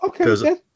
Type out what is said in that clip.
Okay